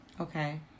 okay